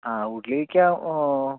ആ ഉള്ളിലേക്കാണോ